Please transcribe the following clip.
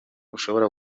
ushobora